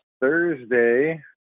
Thursday